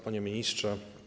Panie Ministrze!